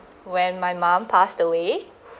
when my mom passed away